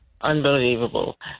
unbelievable